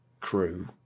crew